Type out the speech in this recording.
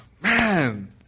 man